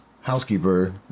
housekeeper